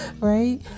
right